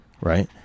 right